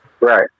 right